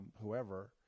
whoever